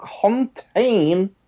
contain